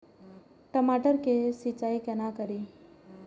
टमाटर की सीचाई केना करी?